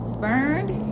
Spurned